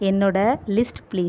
என்னோட list please